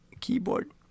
keyboard